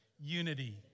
unity